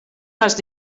hast